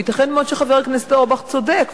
וייתכן מאוד שחבר הכנסת אורבך צודק,